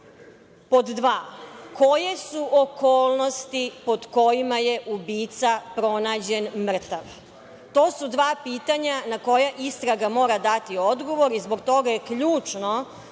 Pod dva – koje su okolnosti pod kojima je ubica pronađen mrtav? To su dva pitanja na koja istraga mora dati odgovor i zbog toga je ključno